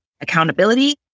accountability